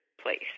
place